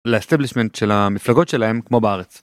ל-establishment של המפלגות שלהם כמו בארץ.